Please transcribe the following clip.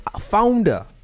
founder